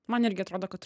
man irgi atrodo kad